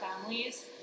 families